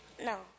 no